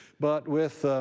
but with